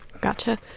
Gotcha